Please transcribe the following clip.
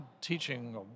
teaching